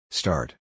start